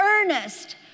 earnest